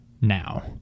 now